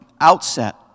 outset